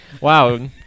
Wow